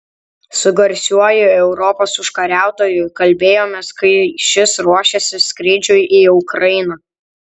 su garsiuoju europos užkariautoju kalbėjomės kai šis ruošėsi skrydžiui į ukrainą